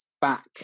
back